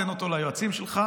תן אותו ליועצים שלך.